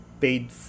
paid